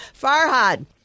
Farhad